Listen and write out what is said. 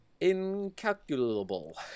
incalculable